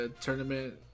tournament